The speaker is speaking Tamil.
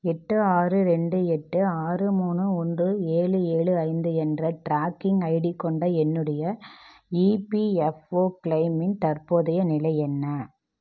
எட்டு ஆறு ரெண்டு எட்டு ஆறு மூணு ஒன்று ஏழு ஏழு ஐந்து என்ற ட்ராக்கிங் ஐடி கொண்ட என்னுடைய இபிஎஃப்ஒ க்ளெய்மின் தற்போதைய நிலை என்ன